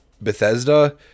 Bethesda